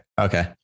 Okay